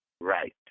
right